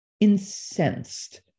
incensed